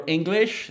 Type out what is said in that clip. English